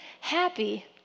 happy